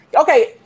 Okay